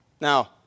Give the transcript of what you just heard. Now